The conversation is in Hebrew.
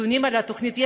נתונים על התוכנית,